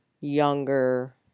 younger